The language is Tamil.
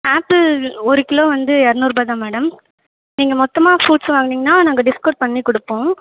ஆப்பிள் ஒரு கிலோ வந்து இருநூறுபா தான் மேடம் நீங்கள் மொத்தமாக ஃப்ரூட்ஸ் வாங்குனீங்கன்னால் நாங்கள் டிஸ்கௌண்ட் பண்ணிக் கொடுப்போம்